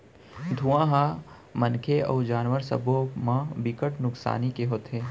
धुंआ ह मनखे अउ जानवर सब्बो म बिकट नुकसानी के होथे